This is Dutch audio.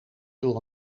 door